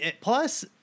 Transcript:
Plus